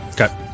Okay